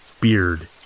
beard